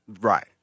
Right